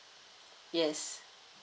yes